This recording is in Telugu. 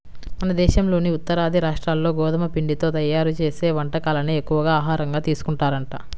మన దేశంలోని ఉత్తరాది రాష్ట్రాల్లో గోధుమ పిండితో తయ్యారు చేసే వంటకాలనే ఎక్కువగా ఆహారంగా తీసుకుంటారంట